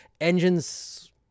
engines